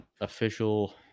official